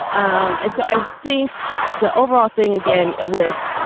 um and so i think the overall thing, again, with,